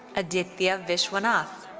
aditya vishwanath.